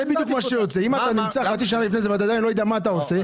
אם אתה חצי שנה לפני ולא יודע מה אתה עושה,